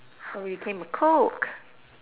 and it became a coke